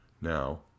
Now